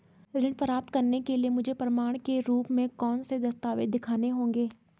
ऋण प्राप्त करने के लिए मुझे प्रमाण के रूप में कौन से दस्तावेज़ दिखाने होंगे?